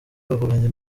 bavuganye